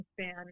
span